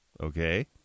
Okay